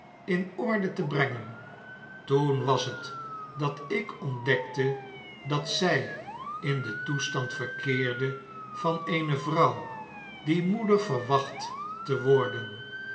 in orde te brengen toen was het dat ik ontdekte dat zij in den toestand verkeerde van eene vrouw die moeder verwacht te worden